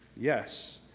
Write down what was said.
Yes